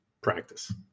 practice